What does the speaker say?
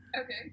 Okay